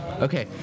Okay